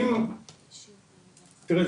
תראה,